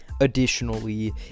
Additionally